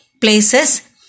places